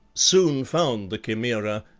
soon found the chimaera,